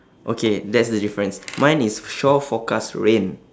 okay that's the difference mine is shore forecast rain